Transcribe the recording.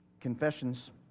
Confessions